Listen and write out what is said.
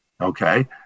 Okay